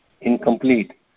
incomplete